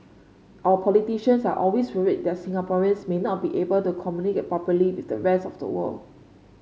our politicians are always worried that Singaporeans may not be able to communicate properly with the rest of the world